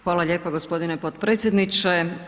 Hvala lijepa gospodine potpredsjedniče.